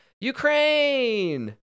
ukraine